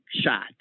shot